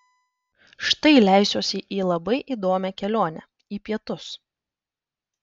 štai leisiuosi į labai įdomią kelionę į pietus